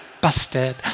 Busted